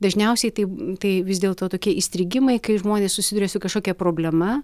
dažniausiai tai tai vis dėlto tokie įstrigimai kai žmonės susiduria su kažkokia problema